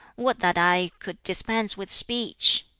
would that i could dispense with speech!